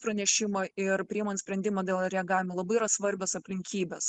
pranešimą ir priimant sprendimą dėl reagavimo labai yra svarbios aplinkybės